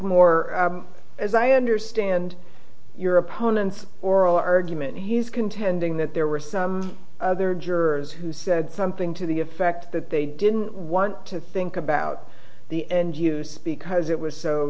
moore as i understand your opponent's oral argument he's contending that there were some other jurors who said something to the effect that they didn't want to think about the and use because it was so